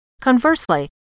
Conversely